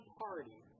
party